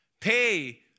pay